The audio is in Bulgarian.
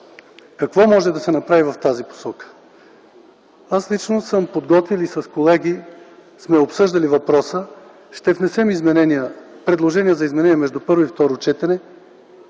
Какво може да се направи в тази посока? Аз лично съм подготвил и с колеги сме обсъждали въпроса. Ще внесем предложение за изменение между първо и второ четене